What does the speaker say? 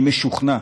אני משוכנע